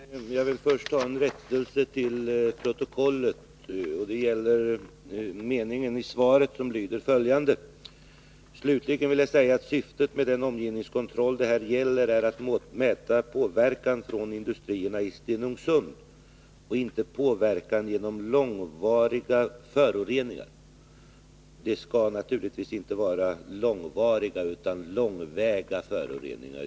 Fru talman! Jag vill först göra en rättelse till protokollet. Det gäller den mening i svaret som lyder på följande sätt: ”Slutligen vill jag säga att syftet med den omgivningskontroll det här gäller, är att mäta påverkan från industrierna i Stenungsund och inte påverkan genom långvariga föroreningar.” Det skall naturligtvis inte vara ”långvariga” utan ”långväga” föroreningar.